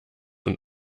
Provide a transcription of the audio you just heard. und